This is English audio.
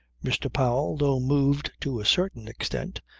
mr. powell, though moved to a certain extent,